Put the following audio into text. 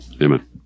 Amen